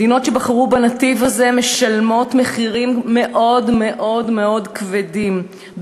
מדינות שבחרו בנתיב זה משלמות מחירים מאוד מאוד מאוד כבדים היום.